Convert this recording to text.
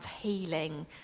healing